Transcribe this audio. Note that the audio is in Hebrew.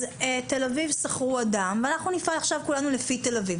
אז תל אביב שכרו אדם ואנחנו נפעל עכשיו כולנו לפי תל אביב.